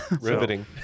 riveting